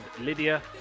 Lydia